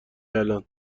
الان